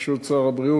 ברשות שר הבריאות,